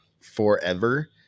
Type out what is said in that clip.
forever